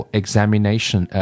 examination